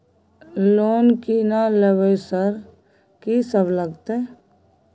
Loan की ना लेबय सर कि सब लगतै?